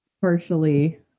partially